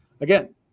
Again